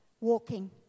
walking